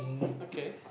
okay